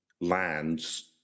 lands